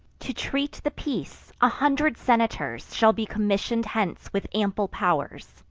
to treat the peace, a hundred senators shall be commission'd hence with ample pow'rs,